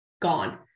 gone